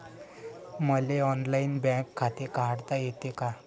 मले online bank खाते काढता येते का?